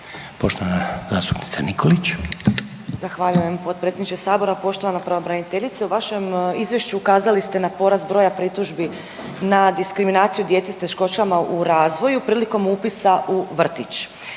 Romana (SDP)** Zahvaljujem potpredsjedniče sabora. Poštovana pravobraniteljice ukazali ste na porast broja pritužbi na diskriminaciju djece s teškoćama u razvoju prilikom upisa u vrtić.